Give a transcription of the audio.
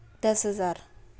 دس ہزار